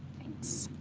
thanks.